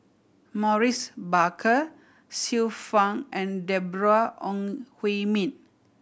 Maurice Baker Xiu Fang and Deborah Ong Hui Min